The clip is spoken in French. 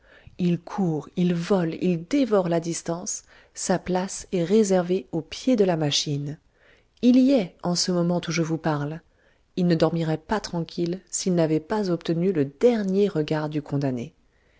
il court il vole il dévore la distance sa place est réservée au pied de la machine il y est en ce moment où je vous parle il ne dormirait pas tranquille s'il n'avait pas obtenu le dernier regard du condamné